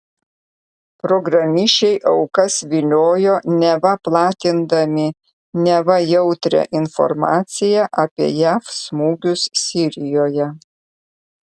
programišiai aukas viliojo neva platindami neva jautrią informaciją apie jav smūgius sirijoje